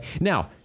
Now